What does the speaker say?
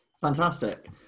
Fantastic